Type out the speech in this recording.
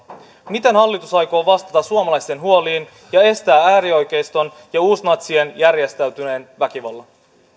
miten hallitus aikoo vastata suomalaisten huoliin ja estää äärioikeiston ja uusnatsien järjestäytyneen väkivallan